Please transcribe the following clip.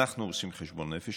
אנחנו עושים חשבון נפש.